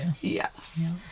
Yes